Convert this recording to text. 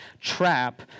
trap